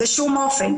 בשום אופן.